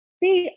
see